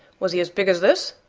was he as big as this?